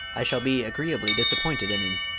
i shall be agreeably disappointed in him,